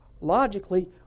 logically